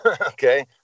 okay